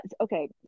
okay